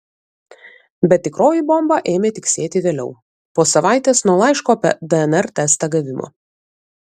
bet tikroji bomba ėmė tiksėti vėliau po savaitės nuo laiško apie dnr testą gavimo